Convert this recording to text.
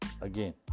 Again